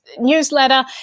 newsletter